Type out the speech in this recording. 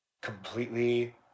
completely